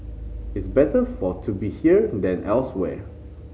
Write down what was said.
it's better for to be here than elsewhere